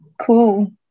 cool